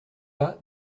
pas